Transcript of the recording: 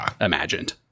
imagined